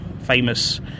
famous